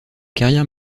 carrière